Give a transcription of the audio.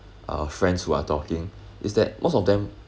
uh friends who are talking is that most of them